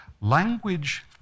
language